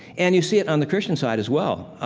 and you see it on the christian side as well.